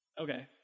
Okay